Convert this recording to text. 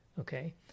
okay